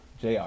JR